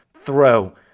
throw